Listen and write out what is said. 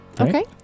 Okay